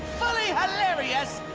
fully hilarious.